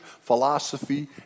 philosophy